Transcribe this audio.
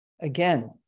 Again